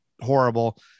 horrible